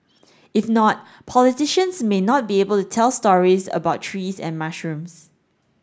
if not politicians may not be able to tell stories about trees and mushrooms